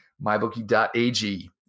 MyBookie.ag